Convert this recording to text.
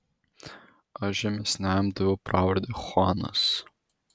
aš žemesniajam daviau pravardę chuanas